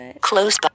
close